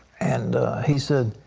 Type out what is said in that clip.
and he said,